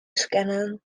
scannen